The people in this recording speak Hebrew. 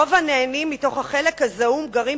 רוב הנהנים מתוך החלק הזעום גרים